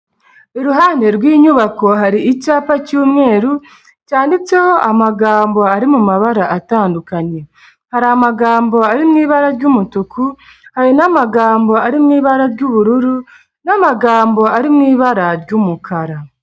Iruhande rw'inyubako, hari icyapa cy'umweru, cyanditseho amagambo ari mu mabara atandukanye, hari amagambo ari mu ibara ry'umutuku, hari n'amagambo ari mu ibara ry'ubururu n'amagambo ari mu ibara ry'umukara.